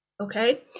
okay